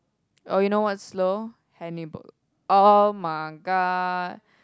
oh you know what's slow Hannibal [oh]-my-god